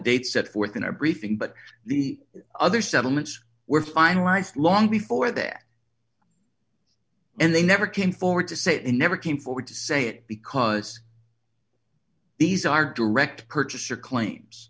dates set forth in a briefing but the other settlements were finalized long before that and they never came forward to say and never came forward to say it because these are direct purchaser claims